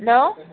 hello